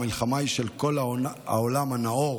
המלחמה היא של כל העולם הנאור